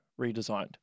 redesigned